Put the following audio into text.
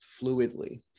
fluidly